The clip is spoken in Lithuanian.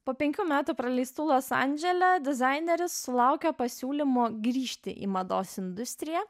po penkių metų praleistų los andžele dizaineris sulaukė pasiūlymo grįžti į mados industriją